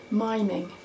miming